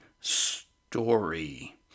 story